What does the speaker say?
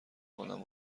کنم